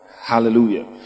Hallelujah